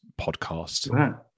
podcast